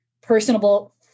personable